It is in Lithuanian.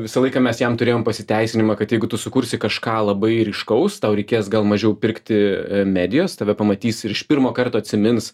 visą laiką mes jam turėjom pasiteisinimą kad jeigu tu sukursi kažką labai ryškaus tau reikės gal mažiau pirkti medijos tave pamatys ir iš pirmo karto atsimins